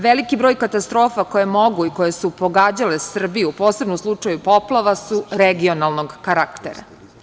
Veliki broj katastrofa koje mogu i koje su pogađale Srbiju, posebno u slučaju poplava, su regionalnog karaktera.